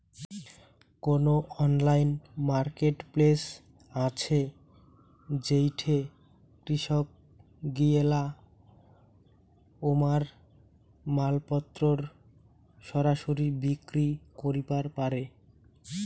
কুনো online marketplace আছে যেইঠে কৃষকগিলা উমার মালপত্তর সরাসরি বিক্রি করিবার পারে?